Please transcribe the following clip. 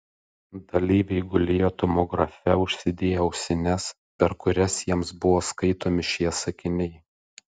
dalyviai gulėjo tomografe užsidėję ausines per kurias jiems buvo skaitomi šie sakiniai